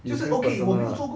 it just doesn't help